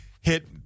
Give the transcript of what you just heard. hit